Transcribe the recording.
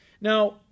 Now